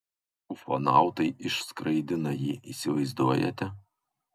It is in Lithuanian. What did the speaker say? ufonautai išskraidina jį įsivaizduojate